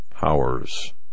powers